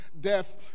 death